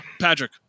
Patrick